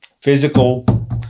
physical